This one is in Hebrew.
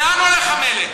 לאן הולך המלט?